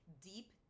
deep